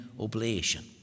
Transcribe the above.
oblation